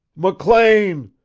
mclean!